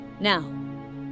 Now